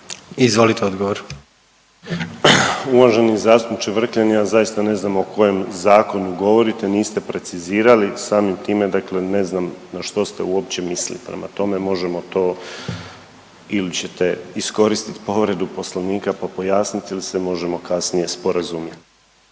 Marin (HDZ)** Uvaženi zastupniče Vrkljan, ja zaista ne znam o kojem zakonu govorite, niste precizirali, samim time dakle ne znam na što ste uopće mislili, prema tome možemo to ili ćete iskoristit povredu poslovnika, pa pojasnit ili se možemo kasnije sporazumjet.